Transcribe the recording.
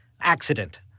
accident